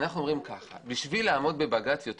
אנחנו אומרים ככה: בשביל לעמוד מוקדם יותר